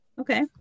Okay